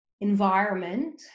environment